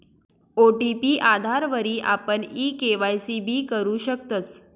OTP आधारवरी आपण e KYC भी करु शकतस